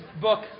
book